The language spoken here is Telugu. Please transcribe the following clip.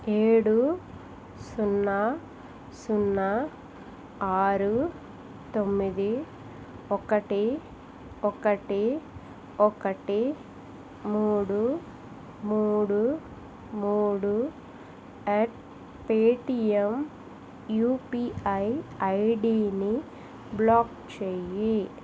ఏడు సున్నా సున్నా ఆరు తొమ్మిది ఒకటి ఒకటి ఒకటి మూడు మూడు మూడు అట్ పేటీఎం యుపీఐ ఐడీని బ్లాక్ చేయి